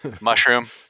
mushroom